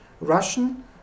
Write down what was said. Russian